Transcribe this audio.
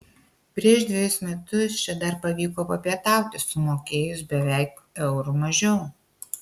prieš dvejus metus čia dar pavyko papietauti sumokėjus beveik euru mažiau